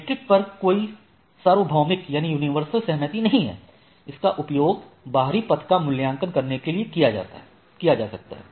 metric पर कोई सार्वभौमिक सहमति नहीं है जिसका उपयोग बाहरी पथ का मूल्यांकन करने के लिए किया जा सकता है